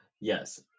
Yes